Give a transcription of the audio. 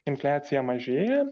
infliacija mažėja